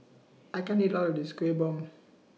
I can't eat All of This Kuih Bom